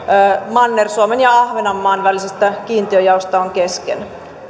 manner suomen ja ahvenanmaan välisestä kiintiöjaosta ovat kesken